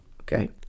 Okay